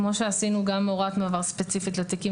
כמו שעשינו גם הוראת מעבר ספציפית לתיקים